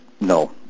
no